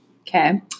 okay